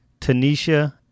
Tanisha